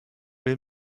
will